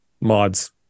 mods